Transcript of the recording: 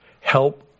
help